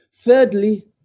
Thirdly